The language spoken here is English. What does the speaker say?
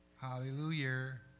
Hallelujah